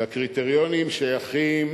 והקריטריונים שייכים